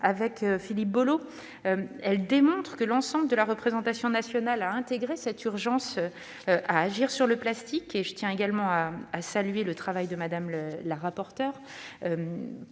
le compte de l'Opecst, démontre que l'ensemble de la représentation nationale a intégré cette urgence à agir sur le plastique. Je tiens également à saluer le travail de Mme la rapporteure,